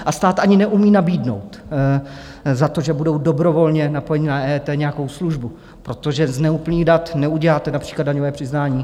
A stát ani neumí nabídnout za to, že budou dobrovolně napojeni na EET, nějakou službu, protože z neúplných dat neuděláte například daňové přiznání.